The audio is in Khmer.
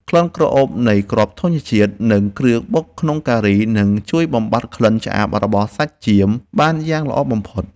ក្លិនក្រអូបនៃគ្រាប់ធញ្ញជាតិនិងគ្រឿងបុកក្នុងការីនឹងជួយបំបាត់ក្លិនឆ្អាបរបស់សាច់ចៀមបានយ៉ាងល្អបំផុត។